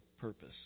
purpose